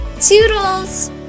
toodles